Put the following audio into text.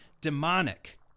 demonic